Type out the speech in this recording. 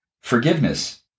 Forgiveness